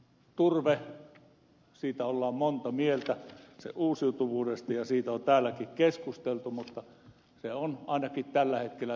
turve siitä ollaan monta mieltä sen uusiutuvuudesta ja siitä on täälläkin keskusteltu mutta se on ainakin tällä hetkellä tärkeä